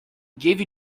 gave